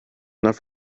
enough